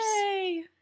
Yay